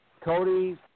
Cody